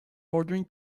ordering